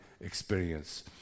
experience